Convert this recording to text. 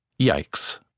Yikes